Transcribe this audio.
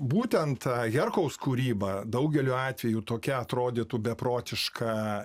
būtent herkaus kūryba daugeliu atveju tokia atrodytų beprotiška